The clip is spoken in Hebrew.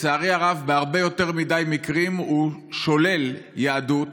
לצערי הרב, בהרבה יותר מדי מקרים הוא שולל יהדות